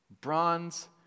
bronze